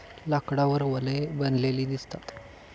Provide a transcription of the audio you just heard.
लाकडावर वलये बनलेली दिसतात